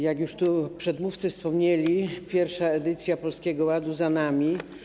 Jak już tu przedmówcy wspomnieli, pierwsza edycja Polskiego Ładu za nami.